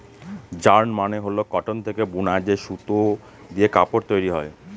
yarn মানে হল cotton থেকে বুনা যে সুতো দিয়ে কাপড় তৈরী হয়